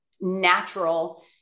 natural